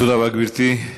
תודה רבה, גברתי.